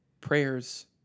prayers